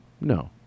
No